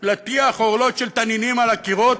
להטיח עורלות של תנינים על הקירות,